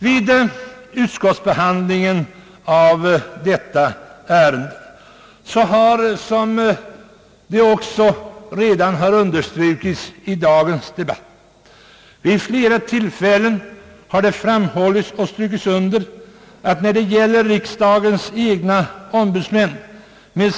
Vid utskottsbehandlingen av detta ärende samt i dagens debatt har vid flera tillfällen framhållits och strukits under den rättsvårdande uppgift som riksdagens egna ombudsmän har.